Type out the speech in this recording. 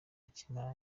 akimara